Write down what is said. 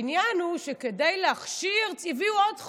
העניין הוא שכדי להכשיר הביאו עוד חוק,